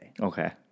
Okay